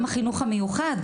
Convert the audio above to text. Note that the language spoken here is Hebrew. גם החינוך המיוחד,